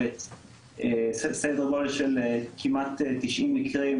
סדר גודל של כמעט 90 מקרים,